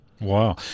Wow